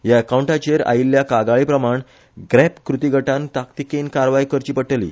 ह्या अकाउंटाचेर आयिल्ल्या कागाळी प्रमाण ग्रॅप कृतीगटान ताकतीकेन कारवाय करची पडटली